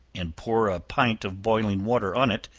and pour a pint of boiling water on it,